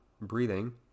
breathing